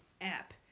app